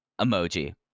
emoji